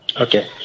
Okay